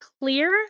clear